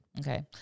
Okay